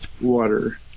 water